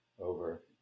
over